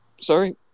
Sorry